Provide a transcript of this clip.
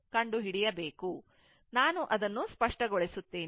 ಆದ್ದರಿಂದ ನಾನು ಅದನ್ನು ಸ್ಪಷ್ಟಗೊಳಿಸುತ್ತೇನೆ